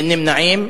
אין נמנעים.